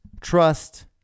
trust